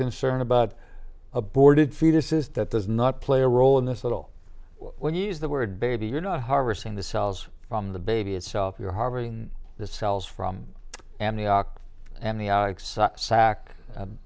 concern about aborted fetuses that does not play a role in this at all when you use the word baby you're not harvesting the cells from the baby itself you're harboring the cells from and the ox and the